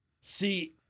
See